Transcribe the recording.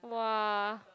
!wah!